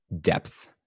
depth